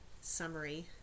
summary